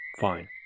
Fine